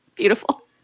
beautiful